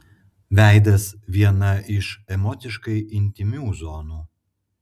veidas viena iš emociškai intymių zonų